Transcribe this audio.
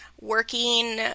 working